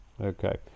Okay